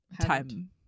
time